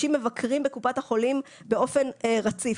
קשישים מבקרים בקופת החולים באופן רציף,